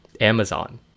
Amazon